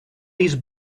these